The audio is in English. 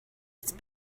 its